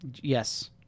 Yes